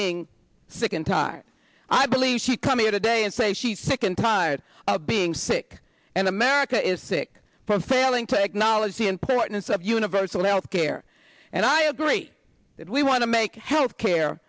being sick and tired i believe she come here today and say she's sick and tired of being sick and america is sick for failing to acknowledge the importance of universal health care and i agree that we want to make health care